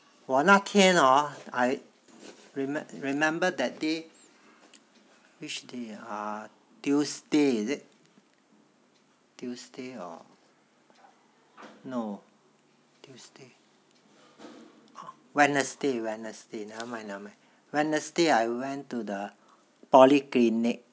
我那天 hor I re~ remember that day which day uh tuesday is it tuesday or no tuesday wednesday wednesday nevermind nevermind wednesday I went to the polyclinic